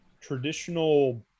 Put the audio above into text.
traditional